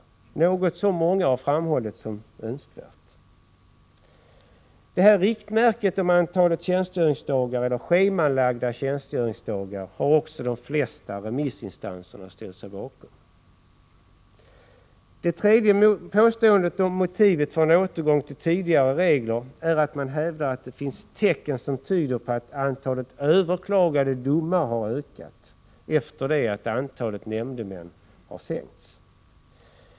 Detta är något som många har framhållit som önskvärt. Detta riktmärke i fråga om antalet tjänstgöringsdagar eller schemalagda tjänstgöringsdagar har de flesta remissinstanser ställt sig bakom. Det tredje påståendet, om motivet för en återgång till de tidigare reglerna, är att man hävdar att det finns tecken som tyder på att antalet överklagade domar har ökat efter det att nämndemännens antal sänkts.